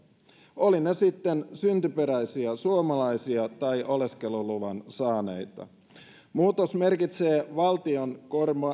olivat he sitten syntyperäisiä suomalaisia tai oleskeluluvan saaneita muutos merkitsee valtion